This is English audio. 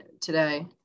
today